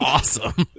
Awesome